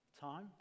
time